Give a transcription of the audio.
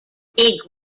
big